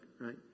right